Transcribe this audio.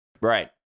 Right